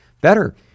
better